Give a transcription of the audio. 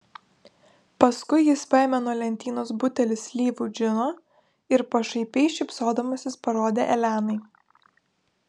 paskui jis paėmė nuo lentynos butelį slyvų džino ir pašaipiai šypsodamasis parodė elenai